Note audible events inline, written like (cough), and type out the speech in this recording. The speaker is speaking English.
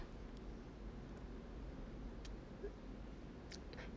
(laughs)